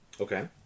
Okay